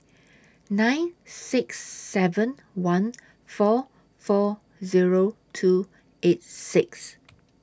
nine six seven one four four Zero two eight six